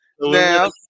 now –